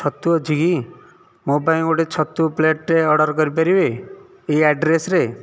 ଛତୁ ଅଛି କି ମୋ ପାଇଁ ଗୋଟିଏ ଛତୁ ପ୍ଲେଟ୍ଟେ ଅର୍ଡ଼ର କରିପାରିବେ ଏ ଆଡ଼୍ରେସରେ